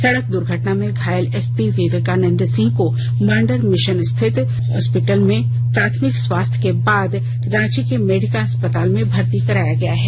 सड़क दुर्घटना में घायल एसपी विवेकानन्द सिंह को मांडर मिशन स्थित हॉस्पिटल में प्राथमिक उपचार करने के बाद रांची के मेडिका अस्पताल में भर्ती कराया गया है